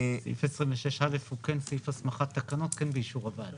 סעיף 26(א) הוא סעיף הסמכת תקנות באישור הוועדה.